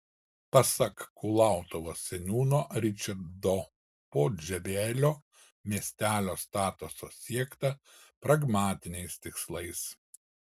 pasak kulautuvos seniūno ričardo pudževelio miestelio statuso siekta pragmatiniais tikslais